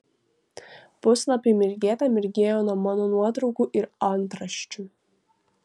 puslapiai mirgėte mirgėjo nuo mano nuotraukų ir antraščių